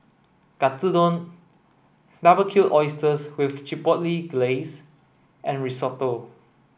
Katsudon Barbecued Oysters with Chipotle Glaze and Risotto